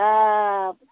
दा